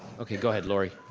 okay, go ahead, laurie,